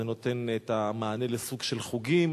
זה נותן את המענה לסוג של חוגים,